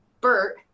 Bert